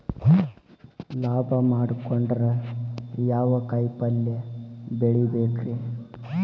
ಲಾಭ ಮಾಡಕೊಂಡ್ರ ಯಾವ ಕಾಯಿಪಲ್ಯ ಬೆಳಿಬೇಕ್ರೇ?